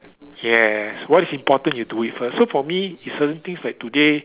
yes what is important you do it first so for me if certain things like today